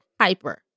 hyper